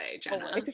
jenna